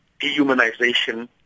dehumanization